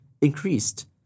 increased